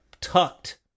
tucked